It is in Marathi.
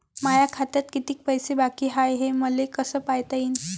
माया खात्यात कितीक पैसे बाकी हाय हे मले कस पायता येईन?